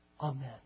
Amen